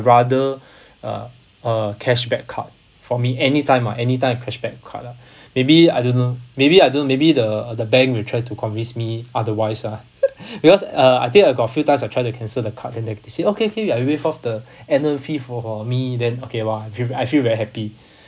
rather uh a cashback card for me anytime anytime cashback card lah maybe I don't know maybe I don't maybe the uh the bank will try to convince me otherwise lah because uh I think I got few times I try to cancel the card and then they said okay okay I waive off the annual fee for me then okay !wah! feel I feel very happy